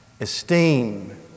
esteem